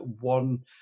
one